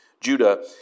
Judah